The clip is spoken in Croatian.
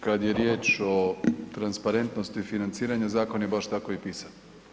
Kad je riječ o transparentnosti financiranja, zakon je baš tako i pisan.